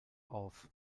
auf